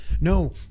No